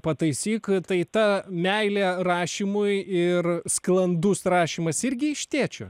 pataisyk tai ta meilė rašymui ir sklandus rašymas irgi iš tėčio